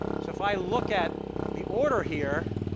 so if i look at the order here,